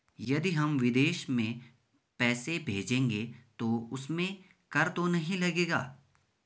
यदि हम विदेश में पैसे भेजेंगे तो उसमें कर तो नहीं लगेगा?